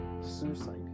Suicide